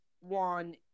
one